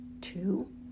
Two